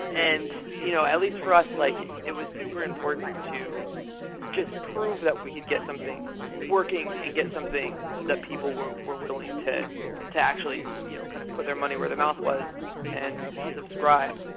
and you know at least for us, like it it was super important to just prove that we could get something working and get something that people were were willing to to actually you know kind of put their money where the mouth was an subscribe.